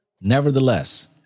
Nevertheless